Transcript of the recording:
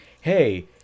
hey